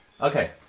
Okay